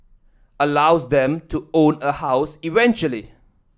allows them to own a house eventually